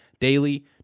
daily